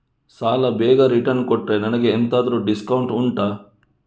ಸಾಲ ಬೇಗ ರಿಟರ್ನ್ ಕೊಟ್ರೆ ನನಗೆ ಎಂತಾದ್ರೂ ಡಿಸ್ಕೌಂಟ್ ಉಂಟಾ